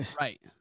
Right